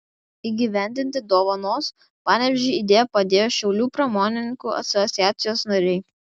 įgyvendinti dovanos panevėžiui idėją padėjo šiaulių pramonininkų asociacijos nariai